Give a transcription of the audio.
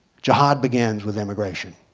jihad begins with immigration.